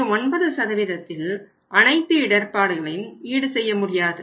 இந்த 9 இல் அனைத்து இடர்ப்பாடுகளையும் ஈடு செய்ய முடியாது